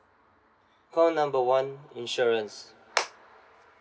call number one insurance